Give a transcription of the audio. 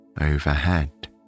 overhead